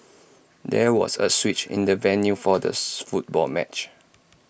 there was A switch in the venue for the football match